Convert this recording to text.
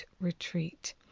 Retreat